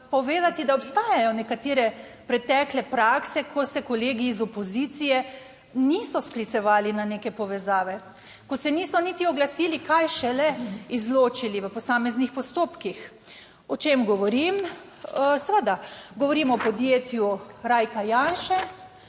da obstajajo nekatere pretekle prakse, ko se kolegi iz opozicije niso sklicevali na neke povezave, ko se niso niti oglasili, kaj šele izločili v posameznih postopkih. O čem govorim? Seveda govorim o podjetju Rajka Janše,